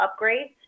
upgrades